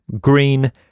green